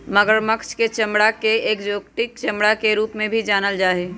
मगरमच्छ के चमडड़ा के एक्जोटिक चमड़ा के रूप में भी जानल जा हई